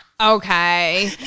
okay